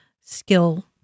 skill